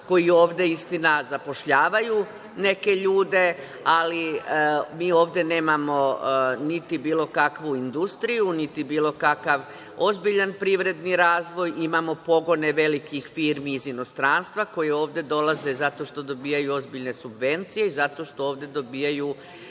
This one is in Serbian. koji ovde istina zapošljavaju neke ljude, ali mi ovde nemamo niti bilo kakvu industriju, niti bilo kakav ozbiljan privredni razvoj. Imamo pogone velikih firmi iz inostranstva koje ovde dolaze zato što dobijaju ozbiljne subvencije i zato što ovde dobijaju